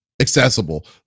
accessible